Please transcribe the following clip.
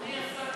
אדוני השר,